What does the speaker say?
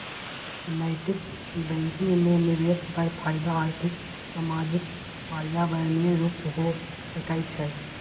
नैतिक बैंकिंग में निवेश पर फयदा आर्थिक, सामाजिक, पर्यावरणीय रूपे हो सकइ छै